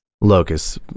Locus